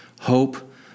hope